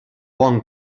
bon